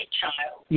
child